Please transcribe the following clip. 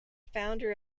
founder